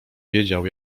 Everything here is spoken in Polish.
wiedział